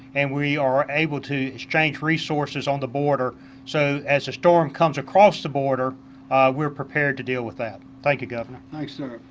and we are able to exchange resources on the border so as the storm comes across the border we are prepared to deal with that. thank you governor. thanks sir.